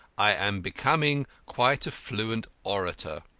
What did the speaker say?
i am becoming quite a fluent orator.